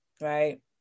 Right